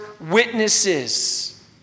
witnesses